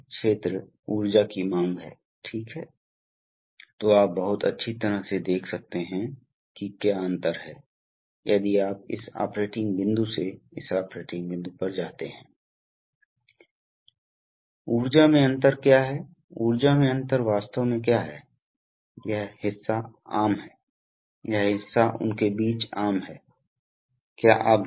इसलिए कंप्रेसर इसलिए उदाहरण के लिए यह एक विशिष्ट कंप्रेसर है जहाँ आप जानते हैं कि यह हम इस तस्वीर पर देख सकते हैं कि यह एक आईसी इंजन चालित कंप्रेसर है और यह कम्प्रेस्ड वायु आपूर्ति है ताकि संचयकर्ता को ऐसा लगे कि यह पोर्टेबल है यह सिर्फ एक तस्वीर है आप जानते हैं जिसे नेट से डाउनलोड किया गया है इसलिए कंप्रेशर्स विभिन्न आकार या क्षमता के उपलब्ध हैं आप जानते हैं और इसलिए 150 PSI 150 PSI तक कम दबाव कम दबाव होगा 150 1000 मध्यम और 1000 PSI से अधिक उच्च दबाव होगा